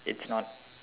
it's not